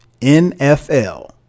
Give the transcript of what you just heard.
NFL